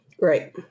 Right